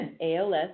ALS